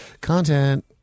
content